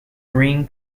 green